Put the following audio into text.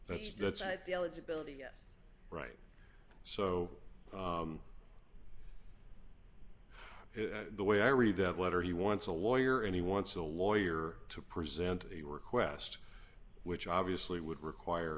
yes right so the way i read that letter he wants a lawyer and he wants a lawyer to present a request which obviously would require